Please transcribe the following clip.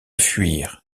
fuir